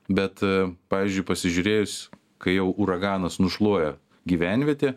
bet pavyzdžiui pasižiūrėjus kai jau uraganas nušluoja gyvenvietę